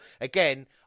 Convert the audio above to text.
Again